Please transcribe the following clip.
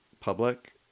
public